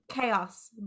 chaos